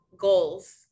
goals